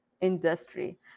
industry